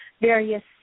various